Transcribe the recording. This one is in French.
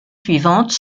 suivantes